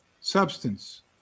substance